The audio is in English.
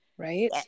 right